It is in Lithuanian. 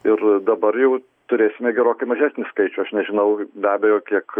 ir dabar jau turėsime gerokai mažesnį skaičių aš nežinau be abejo kiek